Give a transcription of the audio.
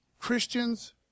Christians